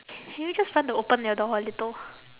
can you just run to open your door a little